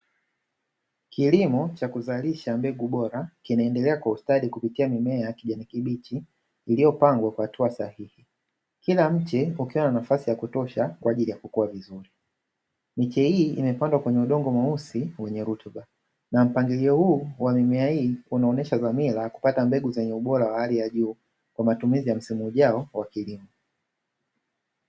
Kilimo cha kuzalisha mbegu bora kinaendelea kwa ustadi kupitia mimea ya kijani kibichi iliyopangwa kwa hatua sahihi, kila mche ukiwa na nafasi ya kutosha kwa ajili ya kukua vizuri, miche hii imepandwa kwenye udongo mweusi wenye rutuba na mpangilio huu wa mimea hii unaonesha dhamira ya kupata mbegu zenye ubora wa hali ya juu wa matumizi ya msimu ujao wa kilimo.